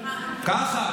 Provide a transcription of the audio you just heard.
--- ככה.